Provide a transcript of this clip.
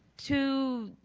to